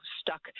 stuck